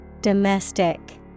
Domestic